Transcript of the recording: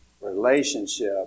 relationship